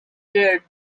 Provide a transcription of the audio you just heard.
their